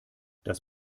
das